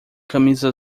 camisa